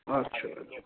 अच्छा अच्छा